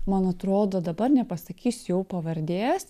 man atrodo dabar nepasakysiu jau pavardės